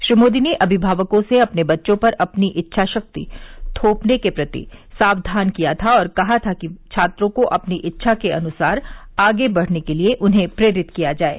श्री मोदी ने अमिभावकों से अपने बच्चों पर अपनी इच्छा थोपने के प्रति सावधान किया था और कहा था कि छात्रों को अपनी इच्छा के अनुसार आगे बढ़ने के लिए उन्हें प्रेरित किया जाये